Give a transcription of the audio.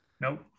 Nope